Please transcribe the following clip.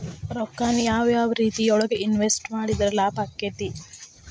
ರೊಕ್ಕಾನ ಯಾವ ಯಾವ ರೇತಿಯೊಳಗ ಇನ್ವೆಸ್ಟ್ ಮಾಡಿದ್ರ ಲಾಭಾಕ್ಕೆತಿ?